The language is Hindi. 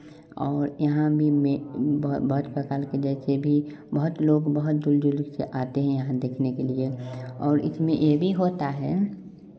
और यहाँ मिल में बहुत प्रकार के बोह खेली बहुत लोग बहुत दूर दूर से आते हैं यहाँ देखने के लिए और इसमें यह भी होता है